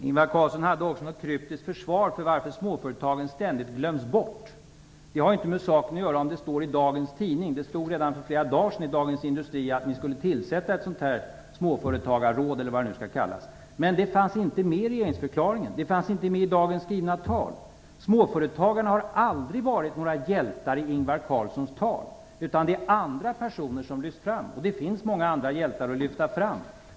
Ingvar Carlsson anförde också något kryptiskt försvar för att småföretagen ständigt glöms bort. Det har inte med saken att göra om det står i dagens tidning; det stod redan för flera dagar sedan i Dagens Industri att ni skulle tillsätta ett småföretagarråd eller vad det nu skall kallas. Men det fanns inte med i regeringsförklaringen, och det fanns inte med i dagens skrivna anförande. Småföretagarna har aldrig varit några hjältar i Ingvar Carlssons tal - det är andra personer som lyfts fram, och det finns många andra hjältar att lyfta fram.